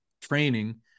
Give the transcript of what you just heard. training